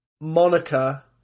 Monica